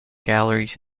galleries